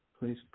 Please